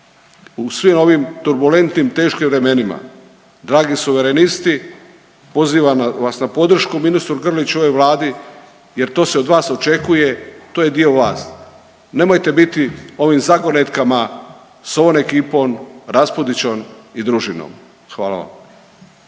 u svim ovim turbulentnim teškim vremenima. Dragi suverenisti pozivam vas na podršku ministru Grliću i ovoj vladi jer to se od vas očekuje, to je dio vas. Nemojte biti ovim zagonetkama s ovom ekipom Raspudićevom i družinom. Hvala vam.